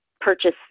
purchase